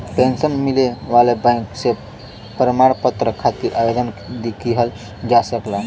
pension मिले वाले bank से प्रमाण पत्र खातिर आवेदन किहल जा सकला